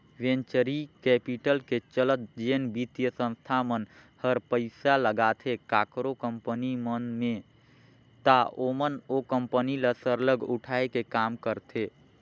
venture capital के चलत जेन बित्तीय संस्था मन हर पइसा लगाथे काकरो कंपनी मन में ता ओमन ओ कंपनी ल सरलग उठाए के काम करथे